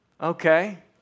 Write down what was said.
okay